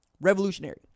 revolutionary